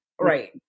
Right